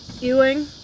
Ewing